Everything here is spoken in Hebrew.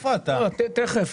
תכף.